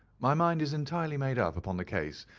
my mind is entirely made up upon the case,